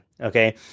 okay